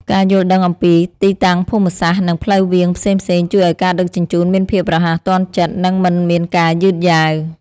ការយល់ដឹងអំពីទីតាំងភូមិសាស្ត្រនិងផ្លូវវាងផ្សេងៗជួយឱ្យការដឹកជញ្ជូនមានភាពរហ័សទាន់ចិត្តនិងមិនមានការយឺតយ៉ាវ។